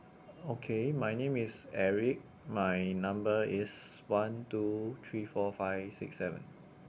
okay my name is eric my number is one two three four five six seven